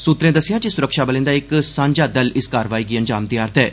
सुतरें दस्सेआ जे सुरक्षाबलें दा इक सांझा दल इस कार्रवाई गी अंजाम देआ' रदा ऐ